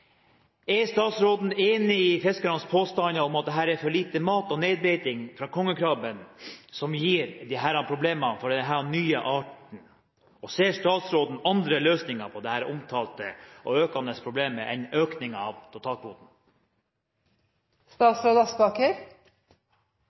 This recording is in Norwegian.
Er statsråden enig i fiskernes påstander om at det er for lite mat og nedbeiting fra kongekrabben som gir disse problemer for denne nye arten, og ser statsråden andre løsninger på dette omtalte og økende problemet enn økning av